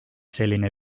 selline